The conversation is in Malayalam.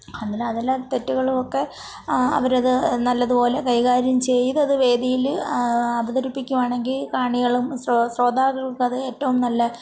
അതിന് അതിലെ തെറ്റുകളും ഒക്കെ അവരത് നല്ലതുപോലെ കൈകാര്യം ചെയ്തത് വേദിയിൽ അവതരിപ്പിക്കുവാണെങ്കിൽ കാണികളും ശ്രോ ശ്രോതാകൾക്കും അത് ഏറ്റവും നല്ല